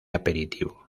aperitivo